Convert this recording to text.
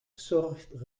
zorgt